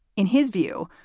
in his view,